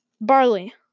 Barley